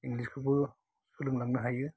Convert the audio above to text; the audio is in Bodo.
इंलिसखौबो सोलोंलांनो हायो